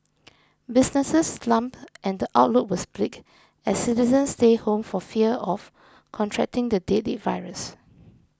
businesses slumped and the outlook was bleak as citizens stayed home for fear of contracting the deadly virus